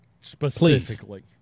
specifically